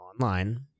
online